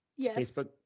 Facebook